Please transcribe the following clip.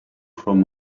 from